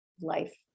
life